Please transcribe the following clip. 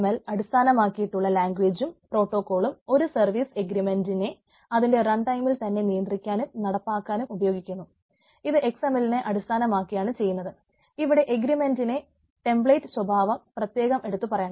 XML അടിസ്ഥാനമാക്കിയുള്ള ലാംഗ്വേജും സ്വഭാവം പ്രത്യേകം എടുത്തു പറയണം